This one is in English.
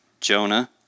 Jonah